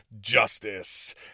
Justice